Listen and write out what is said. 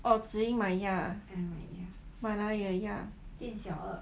orh zhi ying 买鸭 ah 买哪里的鸭